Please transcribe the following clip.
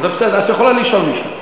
זה בסדר, את יכולה לשאול משם.